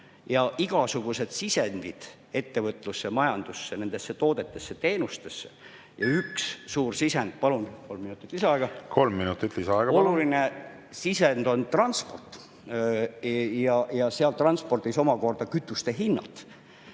ja igasugused sisendid ettevõtlusse, majandusse, nendesse toodetesse, teenustesse ja üks suur sisend … Palun kolm minutit lisaaega. Kolm minutit lisaaega, palun! Oluline sisend on transport ja seal transpordis omakorda kütuste hinnad.